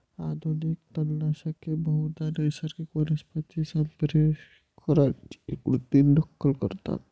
आधुनिक तणनाशके बहुधा नैसर्गिक वनस्पती संप्रेरकांची कृत्रिम नक्कल करतात